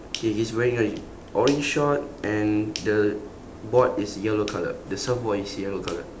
okay he is wearing a orange short and the board is yellow colour the surfboard is yellow colour